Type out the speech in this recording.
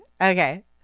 Okay